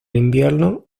invierno